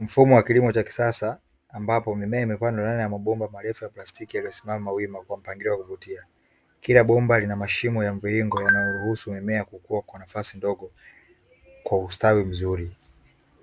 Mfumo wa kilimo cha kisasa ambapo mimea imepandwa ndani ya mabomba marefu ya plastiki yaliyosimama wima kwa mpangilio wa kuvutia; kila bomba lina mashimo ya mviringo yanayoruhusu mimea kukua kwa nafasi ndogo kwa ustawi mzuri,